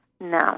No